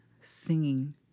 singing